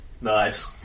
Nice